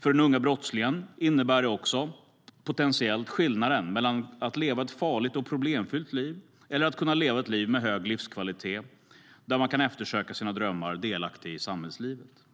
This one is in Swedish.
För den unga brottslingen innebär det också potentiellt skillnaden mellan att leva ett farligt och problemfyllt liv och att kunna leva ett liv med hög livskvalitet där man kan uppfylla sina drömmar och vara delaktig i samhällslivet.